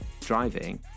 driving